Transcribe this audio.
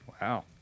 Wow